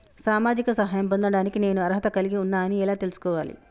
సామాజిక సహాయం పొందడానికి నేను అర్హత కలిగి ఉన్న అని ఎలా తెలుసుకోవాలి?